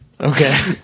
Okay